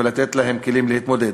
ולתת להם כלים להתמודד.